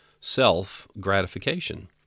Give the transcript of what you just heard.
self-gratification